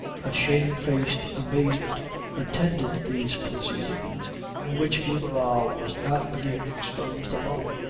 a shamefaced amazement attended these proceedings in which de barral was not being exposed alone.